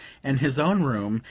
and his own room,